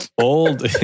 old